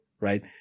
right